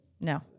No